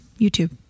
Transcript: YouTube